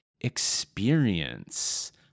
experience